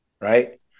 right